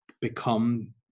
become